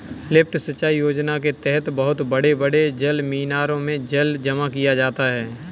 lift सिंचाई योजना के तहद बहुत बड़े बड़े जलमीनारों में जल जमा किया जाता है